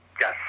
yes